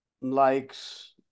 likes